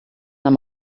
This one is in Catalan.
amb